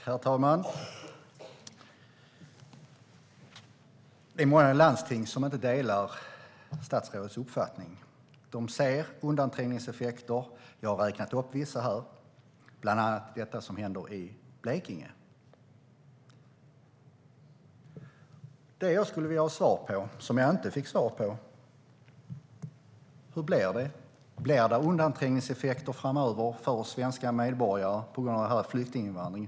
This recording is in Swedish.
Herr talman! Det är många landsting som inte delar statsrådets uppfattning. De ser undanträngningseffekter. Jag har räknat upp vissa här, bland annat Blekinge och det som händer där. Det jag skulle vilja ha svar på, vilket jag inte fick, är frågan hur det blir. Blir det undanträngningseffekter framöver för oss svenska medborgare på grund av stor flyktinginvandring?